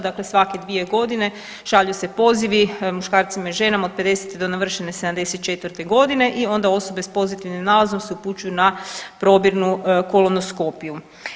Dakle, svake 2 godine šalju se pozivi muškarcima i ženama od 50 do navršene 74 godine i onda osobe s pozitivnim nalazom se upućuju na probirnu kolanoskopiju.